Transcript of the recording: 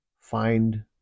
find